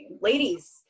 Ladies